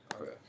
Okay